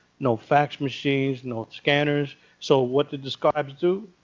no fax machines, no scanners. so what did the scribes do?